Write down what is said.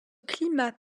climat